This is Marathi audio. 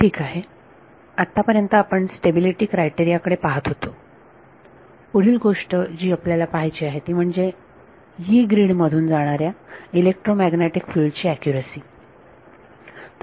ठीक आहे आतापर्यंत आपण स्टॅबिलिटी क्रायटेरिया कडे पाहत होतो पुढील गोष्ट जी आपल्याला बघायची आहे ती म्हणजे यी ग्रीड मधून जाणाऱ्या इलेक्ट्रोमॅग्नेटिक फिल्ड ही अचूकता